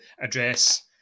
address